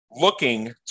looking